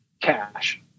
cash